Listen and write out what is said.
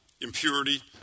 impurity